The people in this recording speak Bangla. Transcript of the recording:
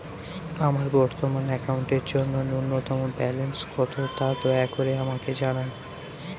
আমার বর্তমান অ্যাকাউন্টের জন্য ন্যূনতম ব্যালেন্স কত তা দয়া করে আমাকে জানান